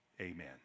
Amen